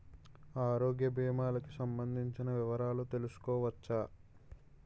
ఆరోగ్య భీమాలకి సంబందించిన వివరాలు తెలుసుకోవచ్చా?